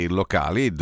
locali